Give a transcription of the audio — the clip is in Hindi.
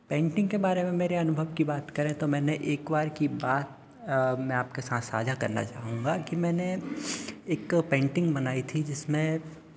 पेंटिंग के बारे में मेरे अनुभव की बात करें तो मैंने एक बार की बात मैं आपके साथ साझा करना चाहूँगा कि मैंने एक पेंटिंग बनाई थी जिसमें